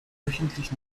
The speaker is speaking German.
wöchentlich